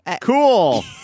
Cool